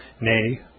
nay